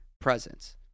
presence